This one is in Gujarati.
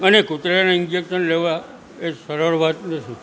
અને કૂતરાના ઇન્જેકશન લેવાં એ સરળ વાત નથી